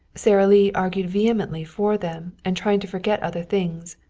sara lee, arguing vehemently for them and trying to forget other things,